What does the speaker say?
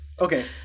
okay